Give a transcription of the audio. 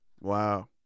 Wow